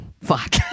Fuck